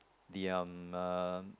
the um uh